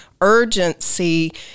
urgency